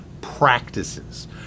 practices